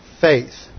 faith